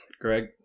Greg